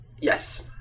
Yes